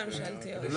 הממשלתיות)